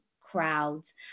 crowds